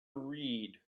read